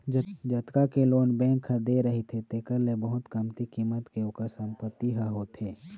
जतका के loan bank ह दे रहिथे तेखर ले बहुत कमती कीमत के ओखर संपत्ति ह होथे